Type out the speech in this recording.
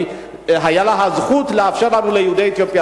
והיתה לנו הזכות לאפשר ליהודי אתיופיה,